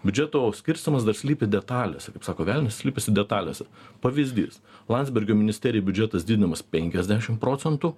biudžeto skirstymas dar slypi detalėse kaip sako velnias slypisi detalėse pavyzdys landsbergio ministerijai biudžetas didinamas penkiasdešim procentų